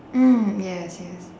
mm yes yes